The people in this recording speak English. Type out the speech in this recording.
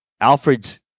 Alfred's